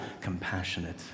compassionate